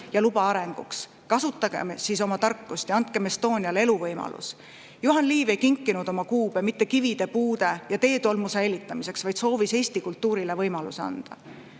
ja luba arenguks. Kasutagem siis oma tarkust ja andkem Estoniale eluvõimalus. Juhan Liiv ei kinkinud oma kuube mitte kivide, puude ja teetolmu säilitamiseks, vaid soovis Eesti kultuurile võimaluse anda.